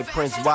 Prince